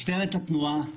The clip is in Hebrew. משטרת התנועה,